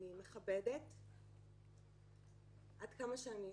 אני מכבדת עד כמה שאני יכולה.